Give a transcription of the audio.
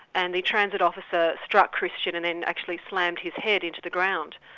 and the transit officer struck christian and then actually slammed his head into the ground.